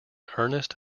earnest